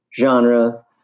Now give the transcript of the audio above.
genre